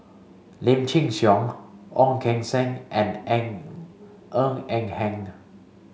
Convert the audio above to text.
Lim Chin Siong Ong Keng Sen and Ng Eng Ng Hen